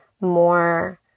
more